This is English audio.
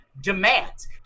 demands